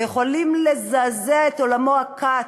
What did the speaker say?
זה יכול לזעזע את עולמם הקט,